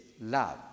love